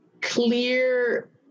clear